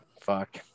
Fuck